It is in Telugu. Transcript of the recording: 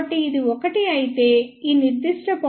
కాబట్టి ఇది ఒకటి అయితే ఈ నిర్దిష్ట పాయింట్ ను 0